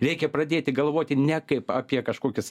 reikia pradėti galvoti ne kaip apie kažkokias